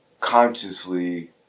consciously